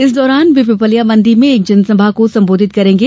इस दौरान वे पिपलिया मंडी में एक जनसभा को संबोधित करेंगे